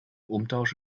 umtausch